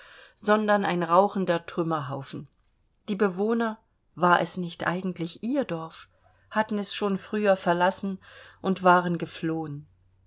sondern ein rauchender trümmerhaufen die bewohner war es nicht eigentlich ihr dorf hatten es schon früher verlassen und waren geflohen